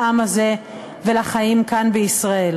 לעם הזה ולחיים כאן בישראל.